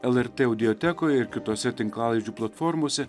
lrt audiotekoje ir kitose tinklalaidžių platformose